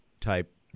type